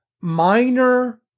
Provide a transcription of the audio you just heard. minor